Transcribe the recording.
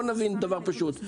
בוא נבין דבר פשוט,